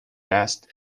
است